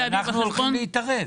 אבל אנחנו הולכים להתערב.